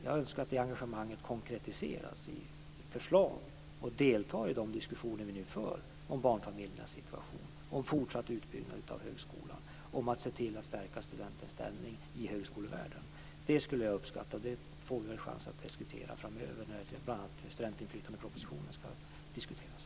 Jag önskar att det engagemanget konkretiseras i förslag och i ett deltagande i de diskussioner vi nu för om barnfamiljernas situation, om fortsatt utbyggnad av högskolan och om att se till att stärka studentens ställning i högskolevärlden. Det skulle jag uppskatta. Det får vi väl chans att diskutera framöver, bl.a. när studentinflytandepropositionen ska diskuteras.